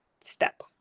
step